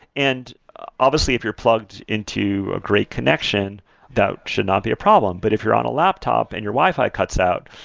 and obviously, if you're plugged into a great connection that should not be a problem, but if you're on a laptop and your wi-fi cuts out,